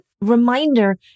Reminder